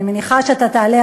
אני מניחה שאתה תעלה,